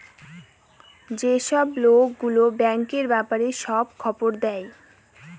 যেসব লোক গুলো ব্যাঙ্কের ব্যাপারে সব খবর দেয়